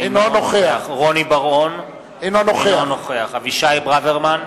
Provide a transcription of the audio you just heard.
אינו נוכח רוני בר-און, אינו נוכח אבישי ברוורמן,